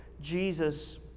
Jesus